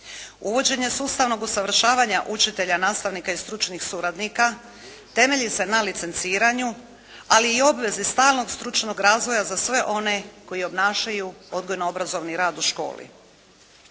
Uvođenje sustavnog usavršavanja učitelja, nastavnika i stručnih suradnika, temelji za na licenciranju, ali i obveze stalnog stručnog razvoja za sve one koji obnašaju odgojno-obrazovni rad u školi.